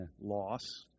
loss